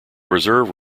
reserve